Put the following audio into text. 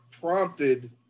prompted